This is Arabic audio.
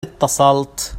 اتصلت